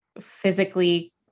physically